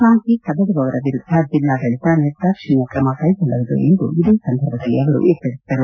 ಶಾಂತಿ ಕದಡುವವರ ವಿರುದ್ದ ಜಿಲ್ಲಾಡಳತ ನಿರ್ದಾಕ್ಷಿಣ್ಞ ಕ್ರಮ ಕೈಗೊಳ್ಳಲಾಗುವುದು ಎಂದು ಇದೇ ಸಂದರ್ಭದಲ್ಲಿ ಅವರು ಎಚ್ದರಿಸಿದರು